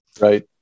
Right